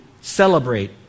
celebrate